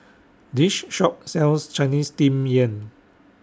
This Shop sells Chinese Steamed Yam